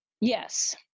Yes